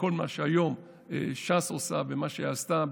כל מה שהיום ש"ס עושה ומה שעשתה,